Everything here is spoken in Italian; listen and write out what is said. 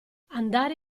andare